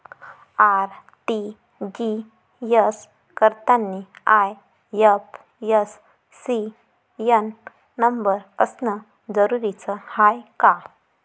RTGS करतांनी IFSC न number असनं जरुरीच हाय का?